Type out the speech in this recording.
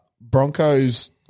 Broncos